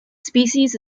species